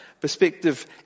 Perspective